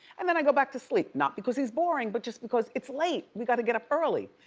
and then i go back to sleep, not because he's boring, but just because it's late, we've gotta get up early.